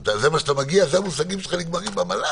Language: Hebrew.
זה נכון לגבי הדברים העיקריים.